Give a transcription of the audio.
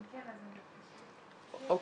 יש